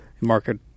market